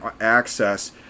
access